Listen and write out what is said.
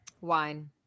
Wine